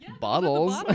bottles